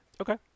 Okay